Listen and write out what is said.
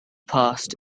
past